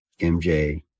MJ